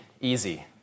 easy